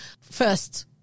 first